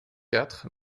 quatre